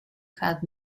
had